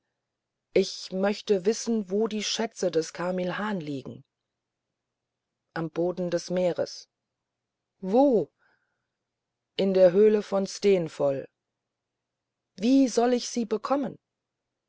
ich möchte wissen wo die schätze des carmilhan liegen am boden des meeres wo in der höhle von steenfoll wie soll ich sie bekommen